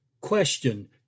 Question